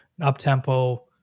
up-tempo